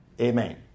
Amen